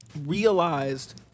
realized